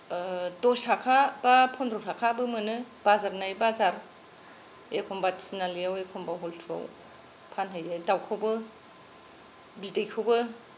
दस थाखा बा पन्द्र थाखाबो मोनो बाजार नायै बाजार एखम्बा थिनालियाव एखम्बा हुल्तुआव फानहैयो दाउखौबो बिदैखौबो